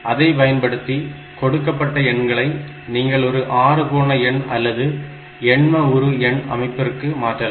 அதை பயன்படுத்தி கொடுக்கப்பட்ட எண்களை நீங்கள் ஒரு அறுகோண எண் அல்லது எண்ம உரு எண் அமைப்பிற்கு மாற்றலாம்